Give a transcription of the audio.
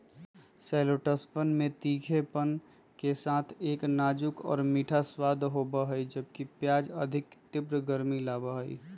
शैलोट्सवन में तीखेपन के साथ एक नाजुक और मीठा स्वाद होबा हई, जबकि प्याज अधिक तीव्र गर्मी लाबा हई